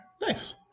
Nice